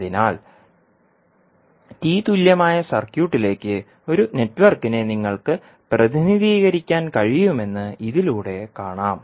അതിനാൽ T തുല്യമായ സർക്യൂട്ടിലേക്ക് ഒരു നെറ്റ്വർക്കിനെ നിങ്ങൾക്ക് പ്രതിനിധീകരിക്കാൻ കഴിയുമെന്ന് ഇതിലൂടെ കാണാം